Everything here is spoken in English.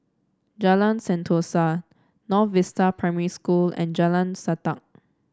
Jalan Sentosa North Vista Primary School and Jalan Sajak